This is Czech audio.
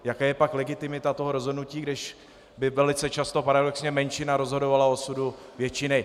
Jaká je pak legitimita toho rozhodnutí, když by velice často paradoxně menšina rozhodovala o osudu většiny?